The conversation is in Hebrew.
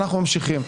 אנחנו ממשיכים,